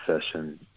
session